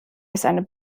ist